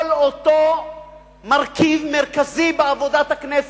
כל אותו מרכיב מרכזי בעבודת הכנסת,